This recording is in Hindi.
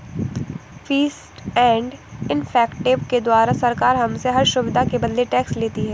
फीस एंड इफेक्टिव के द्वारा सरकार हमसे हर सुविधा के बदले टैक्स लेती है